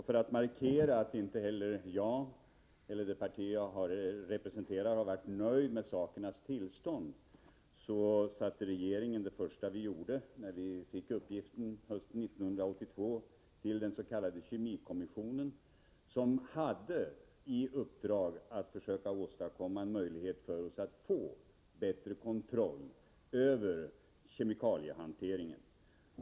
För att markera att mitt parti — liksom jag själv — inte var nöjt med sakernas tillstånd tillsatte regeringen som första åtgärd vid tillträdet hösten 1982 den s.k. kemikommissionen, som hade i uppdrag att försöka åstadkomma en möjlighet för oss att få en bättre kontroll över kemikaliehanteringen.